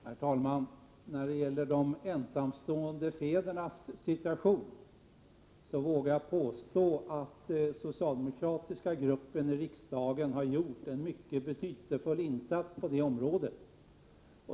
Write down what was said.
Herr talman! När det gäller de ensamstående fädernas situation vågar jag påstå att den socialdemokratiska gruppen i riksdagen har gjort en mycket betydelsefull insats på det området.